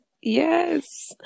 yes